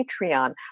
Patreon